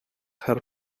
her